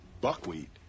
buckwheat